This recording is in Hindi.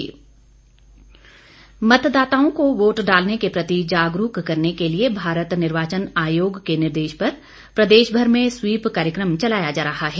स्वीप कार्यक्रम मतदाताओं को वोट डालने के प्रति जागरूक करने के लिए भारत निर्वाचन आयोग के निर्देश पर प्रदेश भर में स्वीप कार्यक्रम चलाया जा रहा है